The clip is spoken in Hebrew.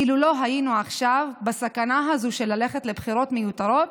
אילו לא היינו עכשיו בסכנה הזאת של ללכת לבחירות מיותרות,